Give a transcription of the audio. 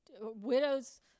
widows